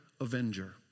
avenger